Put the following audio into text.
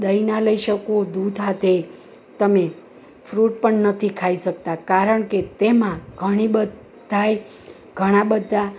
દહીં ના લઈ શકો દૂધ સાથે તમે ફ્રૂટ પણ નથી ખાઈ શકતાં કારણ કે તેમાં ઘણી બધાં ય ઘણા બધા